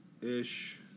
Ish